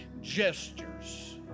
gestures